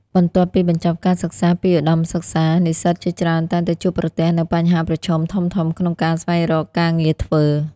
បន្ទាប់ពីបញ្ចប់ការសិក្សាពីឧត្តមសិក្សា និស្សិតជាច្រើនតែងតែជួបប្រទះនូវបញ្ហាប្រឈមធំៗក្នុងការស្វែងរកការងារធ្វើ។